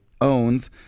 owns